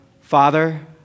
Father